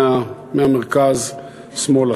מהמרכז שמאלה,